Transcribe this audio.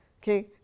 okay